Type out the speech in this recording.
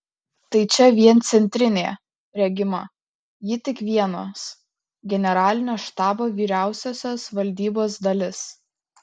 tai čia vien centrinė regima ji tik vienos generalinio štabo vyriausiosios valdybos dalis